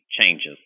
changes